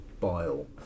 bile